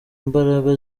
mbaraga